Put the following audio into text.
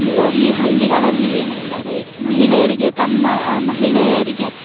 ಇನ್ನು ಈ ಹಳ್ಳಿಗಳಲ್ಲಿ ಏನೆಂದರೆ ಮಹಿಳೆಯರಿಗೆ ತಮ್ಮ ಮಹಿಳೆಯರಿಗೆ